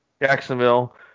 Jacksonville